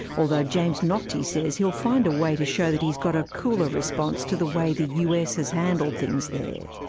although james naughtie says he'll find a way to show that he's got a cooler response to the way the us has handled things there.